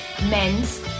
men's